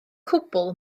cwbl